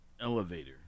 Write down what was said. elevator